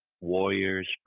warriors